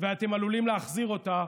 ואתם עלולים להחזיר אותה